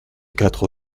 quatre